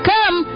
Come